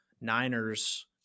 Niners